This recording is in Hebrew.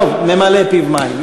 טוב, ממלא פיו מים.